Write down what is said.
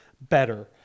better